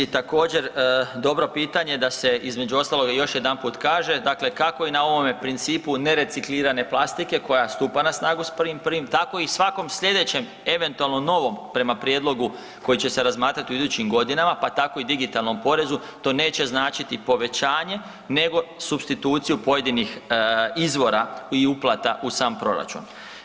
Također, dobro pitanje da se između ostaloga još jedanput kaže kako i na ovome principu nereciklirane plastike koja stupa na snagu s 1.1., tako i svakom sljedećem, eventualno novom, prema prijedlogu koji će se razmatrati u idućim godinama, pa tako i digitalnom porezu, to neće značiti povećanje nego supstituciju pojedinih izvora i uplata u sam proračun.